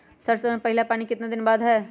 सरसों में पहला पानी कितने दिन बाद है?